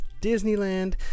disneyland